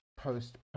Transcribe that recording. post